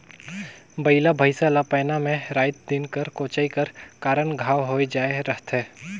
बइला भइसा ला पैना मे राएत दिन कर कोचई कर कारन घांव होए जाए रहथे